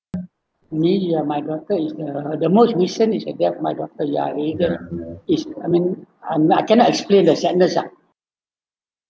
me ya my daughter is the the most recent is the death of my daughter ya latest is I mean I'm I cannot explain the sadness ah